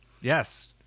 Yes